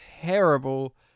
terrible